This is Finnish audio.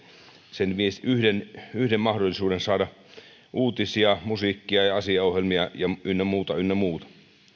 sen yhden yhden mahdollisuuden saada uutisia musiikkia ja asiaohjelmia ynnä muuta ynnä muuta